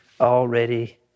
already